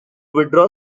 withdraw